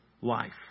life